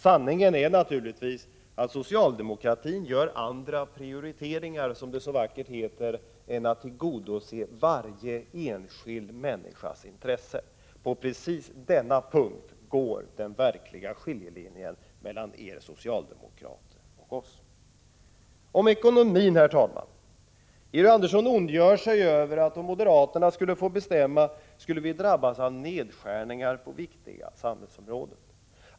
Sanningen är naturligtvis att socialdemokratin gör andra prioriteringar, som det så vackert heter, än att tillgodose varje enskild människas intresse. På precis denna punkt går den verkliga skiljelinjen mellan er socialdemokrater och OSS. Herr talman! När det gäller ekonomin ondgör sig Georg Andersson över att om moderaterna skulle få bestämma skulle vi drabbas av nedskärningar på viktiga samhällsområden.